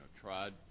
tried